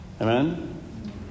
Amen